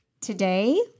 Today